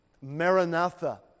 maranatha